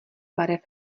barev